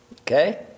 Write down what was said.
okay